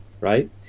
right